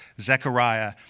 Zechariah